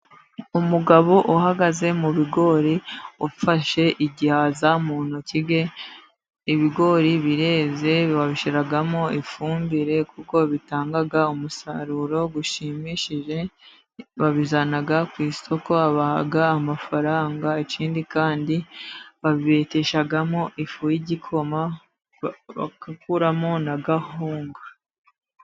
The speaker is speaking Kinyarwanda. Umugabo uhagaze mu bigori ufashe igihaza mu ntoki ze, ibigori bireze babishyiramo ifumbire kuko bitanga umusaruro ushimishije. Babizana ku isoko babaha amafaranga ikindi kandi babibeteshamo ifu y'igikoma bagakuramo na kawunga.